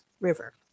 river